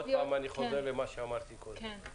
אני שוב חוזר למה שאמרתי קודם.